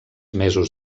mesos